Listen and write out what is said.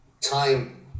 Time